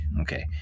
Okay